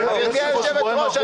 גברתי היושבת ראש,